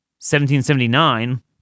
1779